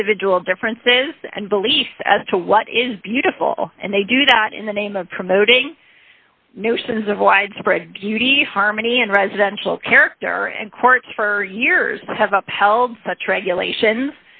individual differences and beliefs as to what is beautiful and they do that in the name of promoting notions of widespread beauty harmony and residential character and courts for years have upheld such regulations